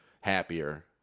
happier